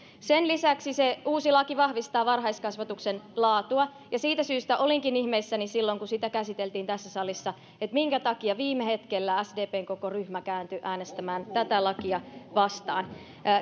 sen lisäksi uusi laki vahvistaa varhaiskasvatuksen laatua ja siitä syystä olinkin ihmeissäni silloin kun sitä käsiteltiin tässä salissa että minkä takia viime hetkellä sdpn koko ryhmä kääntyi äänestämään tätä lakia vastaan